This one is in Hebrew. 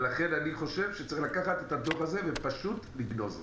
ולכן אני חושב שצריך לקחת את הדוח הזה ופשוט לגנוז אותו.